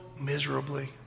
miserably